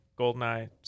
Goldeneye